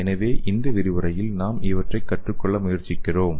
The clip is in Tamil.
எனவே இந்த விரிவுரையில் நாம் இவற்றைக் கற்றுக்கொள்ள முயற்சிக்கிறோம்